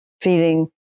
feeling